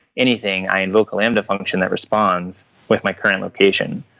anything, i invoke a lambda function that responds with my current location.